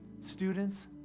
Students